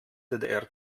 ddr